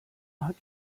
hat